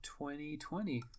2020